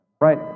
right